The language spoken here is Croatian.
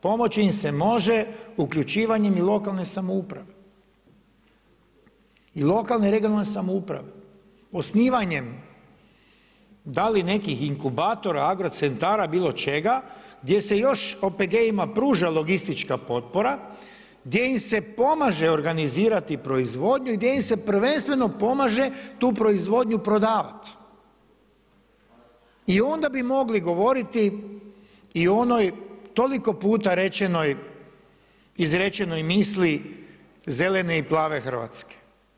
Pomoći im se može uključivanjem i lokalne samouprave i lokalne i regionalne samouprave, osnivanjem da li nekih inkubatora, agrocentara bilo čega gdje se još OPG-ima pruža logističke potpora, gdje im se pomaže organizirati proizvodnju i gdje im se prvenstveno pomaže tu proizvodnju prodavati i onda bi mogli govoriti i o onoj toliko puta rečenoj izrečenoj misli zelene i plave Hrvatske.